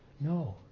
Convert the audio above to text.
No